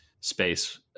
space